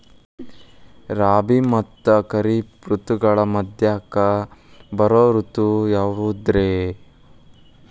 ರಾಬಿ ಮತ್ತ ಖಾರಿಫ್ ಋತುಗಳ ಮಧ್ಯಕ್ಕ ಬರೋ ಋತು ಯಾವುದ್ರೇ?